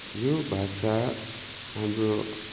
यो भाषा हाम्रो